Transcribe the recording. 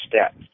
step